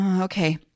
okay